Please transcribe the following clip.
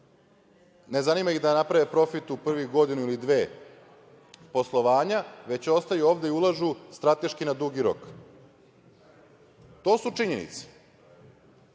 ne zanima ih da naprave profit u privih godinu ili dve poslovanja, već ostaju ovde i ulažu strateški na dugi rok. To su činjenice,